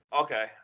Okay